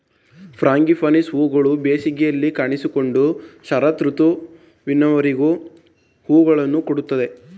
frangipanis ಹೂಗಳು ಬೇಸಿಗೆಯಲ್ಲಿ ಕಾಣಿಸಿಕೊಂಡು ಶರತ್ ಋತುವಿನವರೆಗೂ ಹೂಗಳನ್ನು ಕೊಡುತ್ತದೆ